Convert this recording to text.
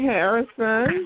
Harrison